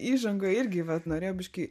įžangoj irgi vat norėjau biškį